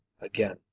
Again